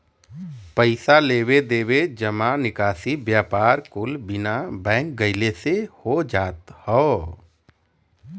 पइसा लेवे देवे, जमा निकासी, व्यापार कुल बिना बैंक गइले से हो जात हौ